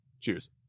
Cheers